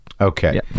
Okay